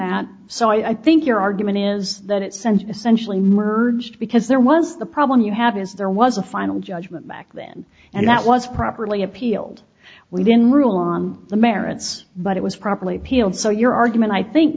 that so i think your argument is that it sent essentially merged because there was the problem you have is there was a final judgment back then and that was properly appealed we didn't rule on the merits but it was properly appealed so your argument i think